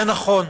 זה נכון.